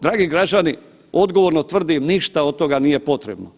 Dragi građani, odgovorno tvrdim ništa od toga nije potrebno.